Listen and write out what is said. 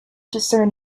discern